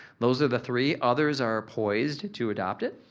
those are the three. others are poised to adopt it.